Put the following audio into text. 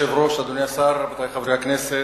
אדוני היושב-ראש, אדוני השר, רבותי חברי הכנסת,